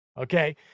Okay